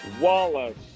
Wallace